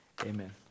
Amen